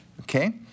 Okay